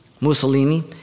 Mussolini